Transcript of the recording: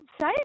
say